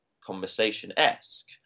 conversation-esque